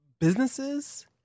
businesses